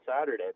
Saturday